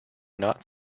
not